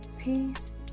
peace